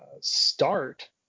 start